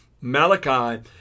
malachi